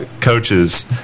coaches